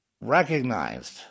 recognized